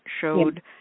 showed